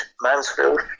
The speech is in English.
Mansfield